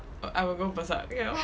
err I will go berserk you know